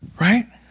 Right